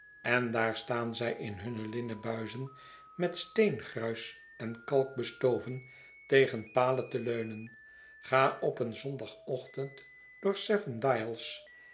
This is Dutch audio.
en daar staan zij in hunne linnen buizen met steengruis en kalk bestoven tegen palen te leunen ga op een zondagochtend door